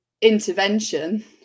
intervention